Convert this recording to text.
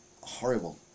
Horrible